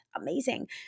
Amazing